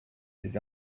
his